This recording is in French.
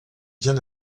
bien